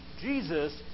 Jesus